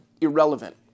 irrelevant